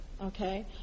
okay